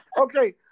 Okay